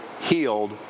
healed